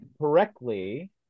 correctly